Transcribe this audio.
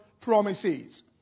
promises